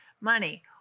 money